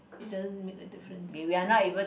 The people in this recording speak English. it doesn't make a difference